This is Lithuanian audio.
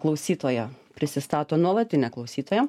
klausytoja prisistato nuolatinė klausytoja